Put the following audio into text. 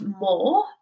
more